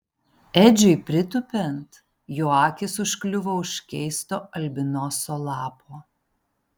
edžiui pritūpiant jo akys užkliuvo už keisto albinoso lapo